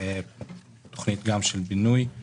מדובר באזור שאינו ראוי שיהיה בו- -- כמה זמן תקוע?